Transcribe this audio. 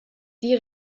die